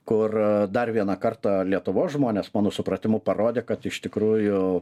kur dar vieną kartą lietuvos žmonės mano supratimu parodė kad iš tikrųjų